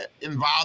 involved